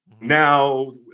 now